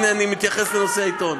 הנה, אני מתייחס לנושא העיתון.